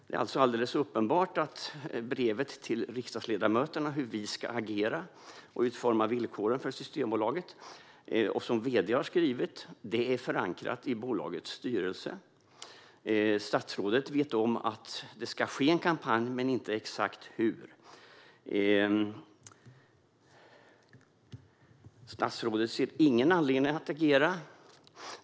Det är uppenbart att brevet till riksdagsledamöterna som har skrivits av vd, om hur vi ska agera och utforma villkoren för Systembolaget, var förankrat i bolagets styrelse. Statsrådet visste om att en kampanj skulle ske men inte exakt hur och såg ingen anledning att agera.